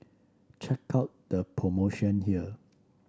check out the promotion here